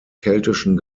keltischen